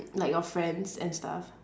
like your friends and stuff